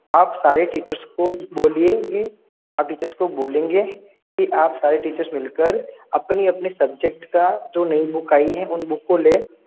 आप सारे टीचर्स को बोलिए की आप टीचर्स को बोलेंगे की आप सारे टीचर्स मिलकर अपनी अपनी सब्जेक्ट का जो नई बुक आई है उन बुक को ले